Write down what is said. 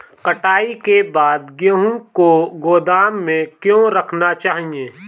कटाई के बाद गेहूँ को गोदाम में क्यो रखना चाहिए?